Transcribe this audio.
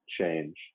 change